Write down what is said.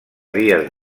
dies